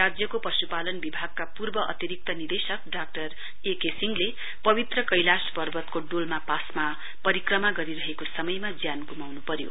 राज्यको पशुपालन विभागका पूर्व अतिरिक्त निदेशक डाक्टर एके सिंहले पवित्र कैलाश पर्वतको डोलमा पासमा परिक्रमा गरिरहेको समयमा ज्यान गुमाउनु पर्यो